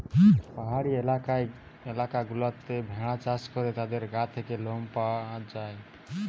পাহাড়ি এলাকা গুলাতে ভেড়া চাষ করে তাদের গা থেকে লোম পাওয়া যায়টে